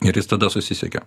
ir jis tada susisiekia